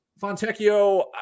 Fontecchio